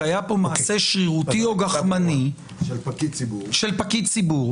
כי היה כאן מעשה שרירותי או גחמני של פקיד ציבור